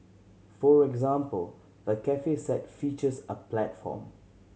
for example the cafe set features a platform